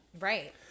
Right